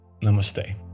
Namaste